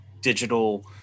digital